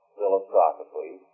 philosophically